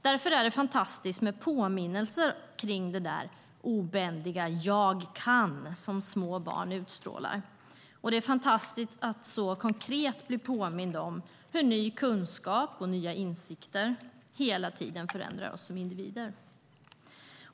Därför är det fantastiskt med påminnelser kring det där obändiga "jag kan" som små barn utstrålar. Det är fantastiskt att så konkret bli påmind om hur ny kunskap och nya insikter hela tiden förändrar oss som individer.